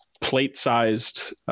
plate-sized